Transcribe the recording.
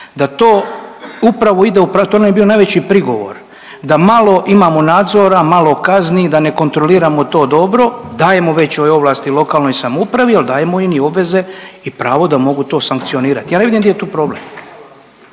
da to upravo ide u, to nam je bio najveći prigovor da malo imamo nadzora, malo kazni da ne kontroliramo to dobro, dajemo većoj ovlasti lokalnoj samoupravi, al dajemo im i obveze i pravo da mogu to sankcionirati. Ja ne vidim di je tu problem.